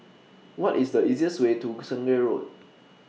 What IS The easiest Way to Sungei Road